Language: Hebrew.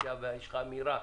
אופוזיציה ויש לך אמירה.